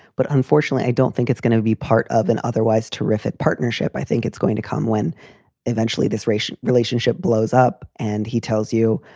but unfortunately, i don't think it's going to be part of an otherwise terrific partnership. i think it's going to come when eventually this racial relationship blows up. and he tells you,